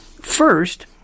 First